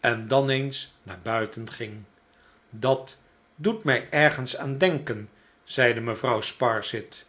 en dan eens naar buiten ging dat doet my ergens aan denken zeide mevrouw sparsit